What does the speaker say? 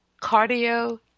cardio